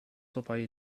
vorbei